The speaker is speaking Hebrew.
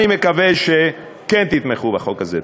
אני מקווה שכן תתמכו בחוק הזה.